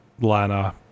lana